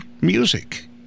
music